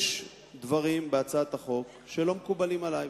יש בהצעת החוק דברים שלא מקובלים עלי.